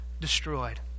destroyed